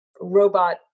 robot